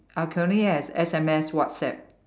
I can only has S_M_S WhatsApp